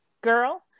girl